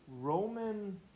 Roman